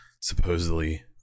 supposedly